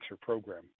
program